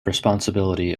responsibility